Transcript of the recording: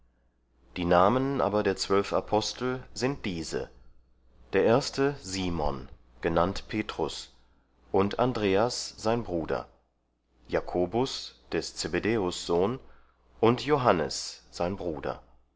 die namen aber der zwölf apostel sind diese der erste simon genannt petrus und andreas sein bruder jakobus des zebedäus sohn und johannes sein bruder